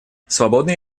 свободный